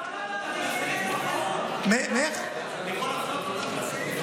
מכל החוק,